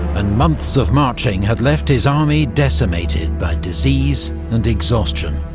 and months of marching had left his army decimated by disease and exhaustion.